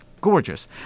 Gorgeous